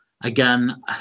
again